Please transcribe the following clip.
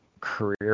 career